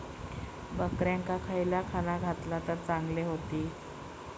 बकऱ्यांका खयला खाणा घातला तर चांगल्यो व्हतील?